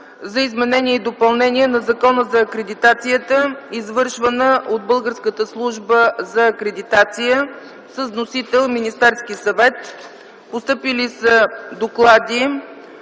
за изменение и допълнение на Закона за акредитацията, извършвана от Българската служба за акредитация, внесен от Министерския съвет. В заседанието